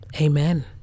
Amen